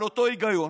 על אותו היגיון?